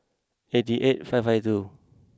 eighty eight five five two